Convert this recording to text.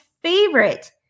favorite